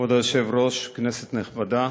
כבוד היושב-ראש, כנסת נכבדה,